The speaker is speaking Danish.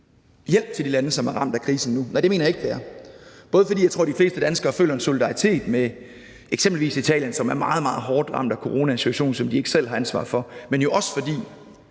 hjælp til de lande, som er ramt af krisen nu? Nej, det mener jeg ikke det er, både fordi jeg tror, de fleste danskere føler en solidaritet med eksempelvis Italien, som er meget, meget hårdt ramt af coronasituationen, som de ikke selv har ansvaret for, men jo også fordi